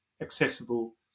accessible